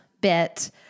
bit